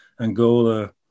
Angola